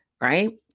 right